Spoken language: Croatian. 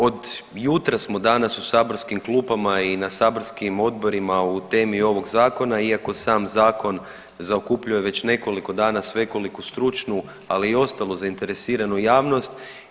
Od jutra smo danas u saborskim klupama i na saborskim odborima u temi ovog zakona, iako sam zakon zaokupljuje već nekoliko dana svekoliku stručnu, ali i ostalu zainteresiranu javnost.